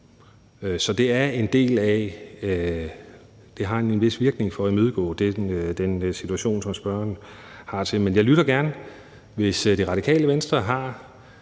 så det er en del af, at det har en vis virkning for at imødegå den situation, der spørges til, men jeg lytter gerne. Hvis Radikale Venstre har